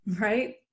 right